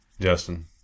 Justin